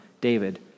David